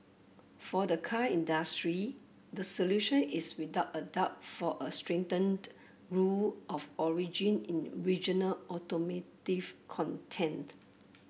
for the car industry the solution is without a doubt for a strengthened rule of origin in regional automotive content